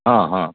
हँ हँ